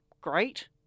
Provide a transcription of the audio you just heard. great